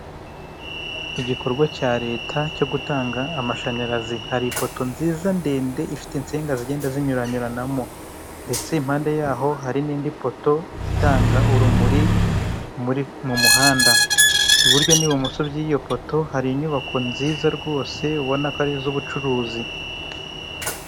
Igokorwa cya leta cyo gutanga amashanyarazi. Hari ipoto nziza ndende ifite insinga zigenda zinyuranyuranamo ndetse impande yaho hari n'indi poto itanga urumuri mu muhanda. Iburyo n'ibumoso by'iyo poto hari inyubako nziza rwose ubona ko ari iz'ubucuruzi.